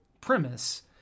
premise